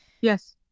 Yes